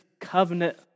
covenant